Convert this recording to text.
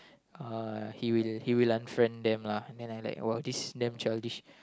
uh he will he will unfriend them lah and I like !wow! this damn childish